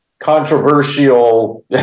controversial